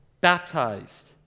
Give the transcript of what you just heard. baptized